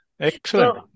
Excellent